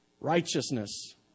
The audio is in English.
righteousness